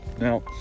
Now